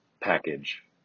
package